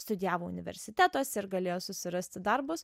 studijavo universitetuose ir galėjo susirasti darbus